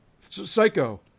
Psycho